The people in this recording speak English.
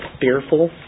fearful